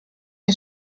you